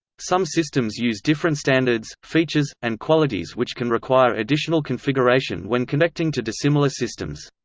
some systems use different standards, features, and qualities which can require additional configuration when connecting to dissimilar systems.